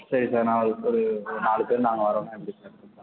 சரி சார் நான் அதுக்கு ஒரு நாலு பேர் நாங்கள் வர்றோம்னா எப்படி சார்